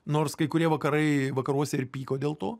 nors kai kurie vakarai vakaruose ir pyko dėl to